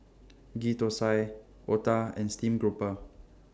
Ghee Thosai Otah and Steamed Grouper